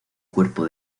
cuerpo